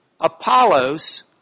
Apollos